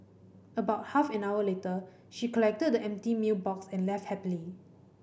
about half an hour later she collected the empty meal box and left happily